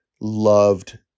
loved